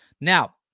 Now